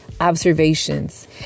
observations